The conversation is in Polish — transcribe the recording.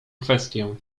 kwestię